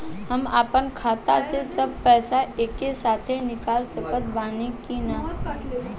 हम आपन खाता से सब पैसा एके साथे निकाल सकत बानी की ना?